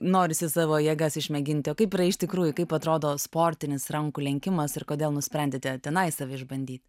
norisi savo jėgas išmėginti o kaip yra iš tikrųjų kaip atrodo sportinis rankų lenkimas ir kodėl nusprendėte tenai save išbandyt